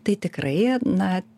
tai tikrai na